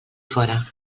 fora